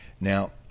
Now